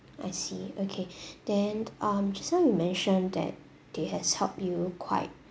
I see okay then um just now you mentioned that they has helped you quite